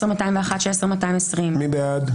15,981 עד 16,000. מי בעד?